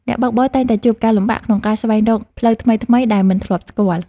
អ្នកបើកបរតែងតែជួបការលំបាកក្នុងការស្វែងរកផ្លូវថ្មីៗដែលមិនធ្លាប់ស្គាល់។